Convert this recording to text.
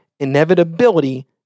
Inevitability